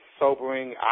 Sobering